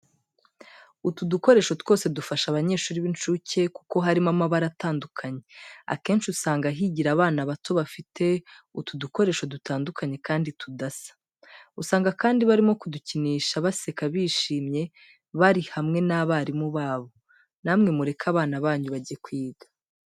Utu dukoresho twose dufasha abanyeshuri b'incuke kuko harimo amabara atandukanye, akenshi usanga higira abana bato bafite utu dukoresho dutandukanye kandi tudasa, usanga kandi barimo kudukinisha baseka bishimye bari hamwe n'abarimu babo. Namwe mureke abana banyu bajye kwiga.